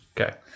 Okay